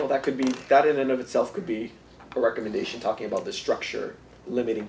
well that could be got in and of itself could be a recommendation talking about the structure limit